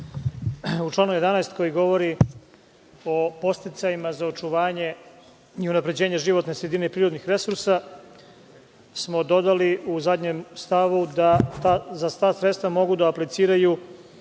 U članu 11. koji govori o podsticajima za očuvanje i unapređenje životne sredine prirodnih resursa smo dodali u zadnjem stavu da za ta sredstva mogu da apliciraju